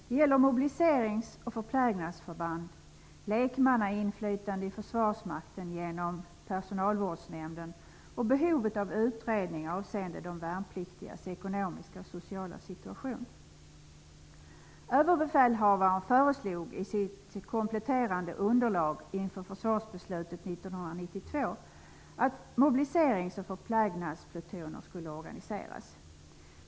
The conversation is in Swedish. Det gäller mobiliserings och förplägnadsförband, lekmannainflytande i Försvarsmakten genom Överbefälhavaren föreslog i sitt kompletterande underlag inför försvarsbeslutet 1992 att mobiliserings och förplägnadsplutoner skulle organiseras.